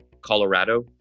Colorado